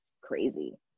crazy